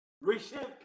Receive